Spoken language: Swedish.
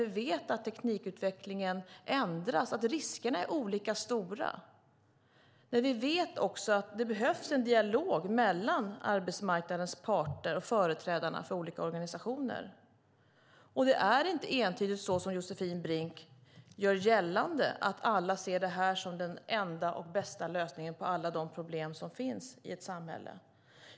Vi vet att teknikutvecklingen ändras och att riskerna är olika stora. Vi vet också att det behövs en dialog mellan arbetsmarknadens parter och företrädarna för olika organisationer. Det är inte entydigt så som Josefin Brink vill göra gällande, att alla ser det här som den enda eller bästa lösningen på alla de problem som finns i samhället.